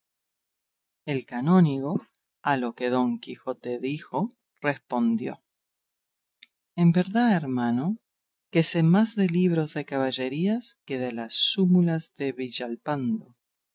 el canónigo a lo que don quijote dijo respondió en verdad hermano que sé más de libros de caballerías que de las súmulas de villalpando